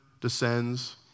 descends